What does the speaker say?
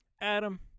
Adam